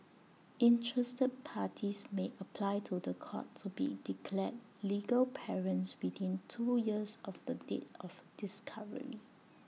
interested parties may apply to The Court to be declared legal parents within two years of the date of discovery